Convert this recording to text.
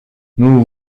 nous